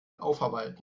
aufarbeiten